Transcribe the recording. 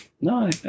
No